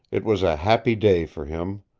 it was a happy day for him.